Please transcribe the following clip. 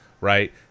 right